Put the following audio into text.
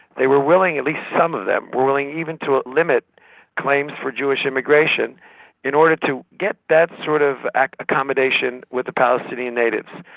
they were willing, at least some of them, were willing even to ah limit claims for jewish immigration in order to get that sort of accommodation with the palestinian natives.